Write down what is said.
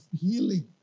healing